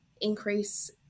increase